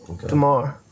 tomorrow